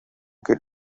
get